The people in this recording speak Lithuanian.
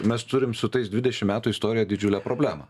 mes turim su tais dvidešim metų istorija didžiulę problemą